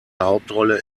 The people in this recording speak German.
hauptrolle